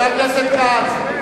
חבר הכנסת כץ,